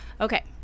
Okay